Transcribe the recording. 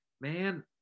Man